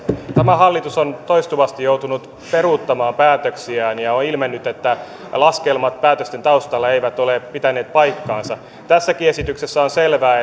tämä hallitus on toistuvasti joutunut peruuttamaan päätöksiään ja on ilmennyt että laskelmat päätösten taustalla eivät ole pitäneet paikkaansa tässäkin esityksessä on selvää